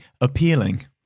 appealing